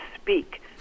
speak